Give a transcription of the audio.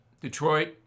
Detroit